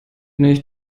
nicht